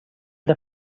del